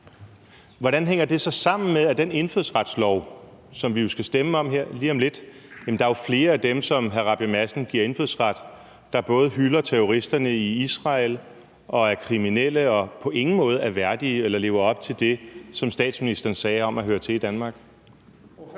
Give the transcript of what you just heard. Hvordan hænger det så sammen med den indfødsretslov, som vi skal stemme om lige om lidt? Der er jo flere af dem, som hr. Christian Rabjerg Madsen giver indfødsret, der både hylde terroristerne i Israel og er kriminelle og på ingen måde er værdige eller lever op til det, som statsministeren sagde om at høre til i Danmark